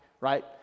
right